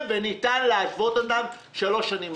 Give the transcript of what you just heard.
וניתן להשוות אותם שלוש שנים אחורה.